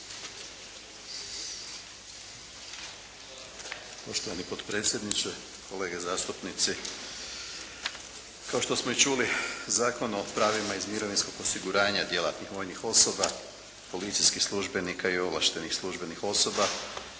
ovaj predloženi Zakon o izmjenama i dopunama Zakona o pravima iz mirovinskog osiguranja djelatnih vojnih osoba, policijskih službenika i ovlaštenih službenih osoba.